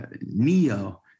Neo